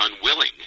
unwilling